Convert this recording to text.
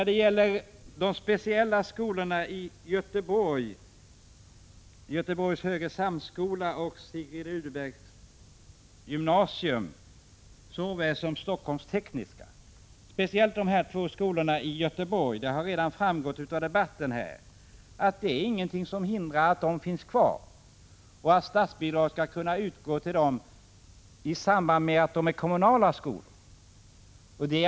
Jag vill vidare peka på Göteborgs Högre Samskola och Sigrid Rudebecks Gymnasium i Göteborg och på Helsingforss Tekniska Institut. Vad gäller de två Göteborgsskolorna har det redan framgått av debatten här att de mycket väl kan finnas kvar och att statsbidrag skall kunna utgå till dem som kommunala skolor.